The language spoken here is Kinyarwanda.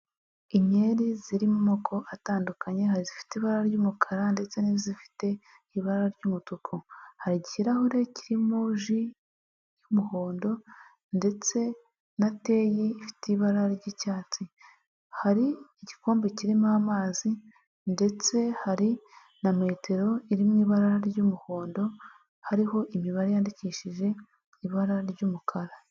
Inkeri ziri mu moko atandukanye, hari izifite ibara ry'umukara ndetse n'izifite ibara ry'umutuku. Hari ikirahure kirimo ji y'umuhondo ndetse na teyi ifite ibara ry'icyatsi. Hari igikombe kirimo amazi ndetse hari na metero iri mu ibara ry'umuhondo, hariho imibare yandikishije ibara ry'umukara.